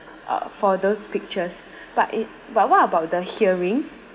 uh for those pictures but it but what about the hearing